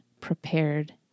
prepared